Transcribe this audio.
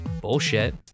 bullshit